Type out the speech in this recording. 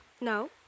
No